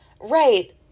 Right